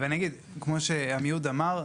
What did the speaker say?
כמו שעמיהוד אמר,